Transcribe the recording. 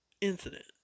incident